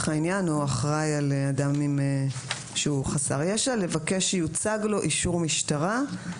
הנעיין או אחראי על אדם שהוא חסר ישע לבקש שיוצג לו אישור משטרה,